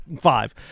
Five